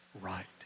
right